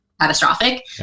catastrophic